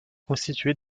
constitué